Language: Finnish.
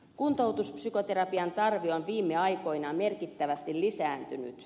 kuntoutuspsykoterapian tarve on viime aikoina merkittävästi lisääntynyt